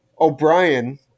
o'brien